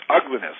ugliness